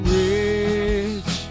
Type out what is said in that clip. rich